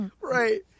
Right